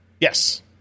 Yes